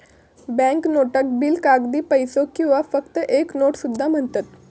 bank नोटाक bill, कागदी पैसो किंवा फक्त एक नोट सुद्धा म्हणतत